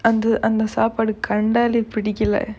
அந்த அந்த சாப்பாடு கண்டாலே புடிக்கல:antha antha saapaadu kandaalae pudikkala